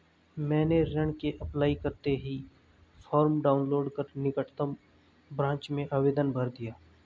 मैंने ऋण के अप्लाई करते ही फार्म डाऊनलोड कर निकटम ब्रांच में आवेदन भर दिया